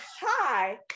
hi